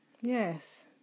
yes